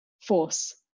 force